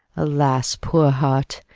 alas, poor heart!